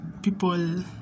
people